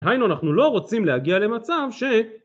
היינו, אנחנו לא רוצים להגיע למצב ש...